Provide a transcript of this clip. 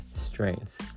strengths